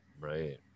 Right